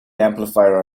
amplifier